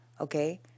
Okay